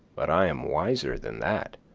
but i am wiser than that.